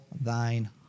thine